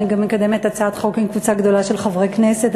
אני גם מקדמת הצעת חוק עם קבוצה גדולה של חברי כנסת,